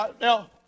Now